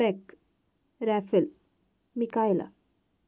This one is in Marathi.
पेक राॅफिल मिकायला